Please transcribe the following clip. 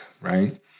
right